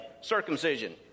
Circumcision